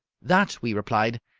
that, we replied,